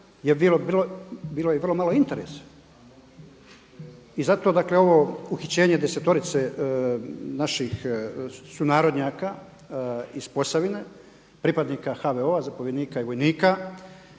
bilo je vrlo malo interesa. I zato ovo uhićenje desetorice naših sunarodnjaka iz Posavina pripadnika HVO-a zapovjednika i vojnika